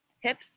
hips